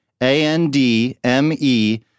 A-N-D-M-E